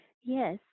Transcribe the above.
Yes